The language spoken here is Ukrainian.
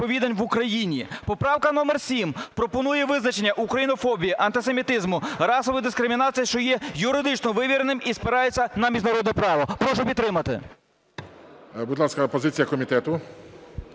Будь ласка, позиція комітету.